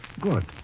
Good